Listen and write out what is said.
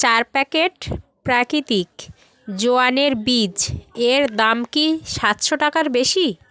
চার প্যাকেট প্রাকৃতিক জোয়ানের বীজ এর দাম কি সাতশো টাকার বেশি